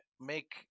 make